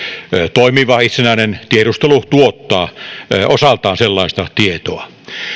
toimiva itsenäinen tiedustelu tuottaa osaltaan sellaista tietoa